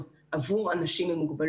"גוונים",